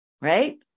right